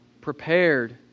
prepared